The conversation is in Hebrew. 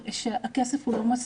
שהכסף לא מספיק.